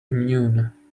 immune